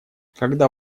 когда